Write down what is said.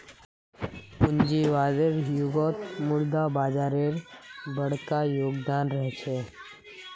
पूंजीवादी युगत मुद्रा बाजारेर बरका योगदान रह छेक